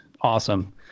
awesome